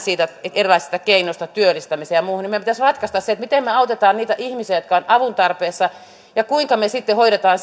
erilaisista keinoista työllistämiseen ja muuhun niin meidän pitäisi ratkaista se miten me autamme niitä ihmisiä jotka ovat avun tarpeessa ja kuinka me sitten hoidamme